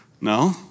No